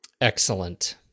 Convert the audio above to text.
Excellent